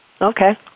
Okay